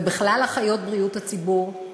ובכלל אחיות בריאות הציבור,